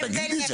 או, תגידי.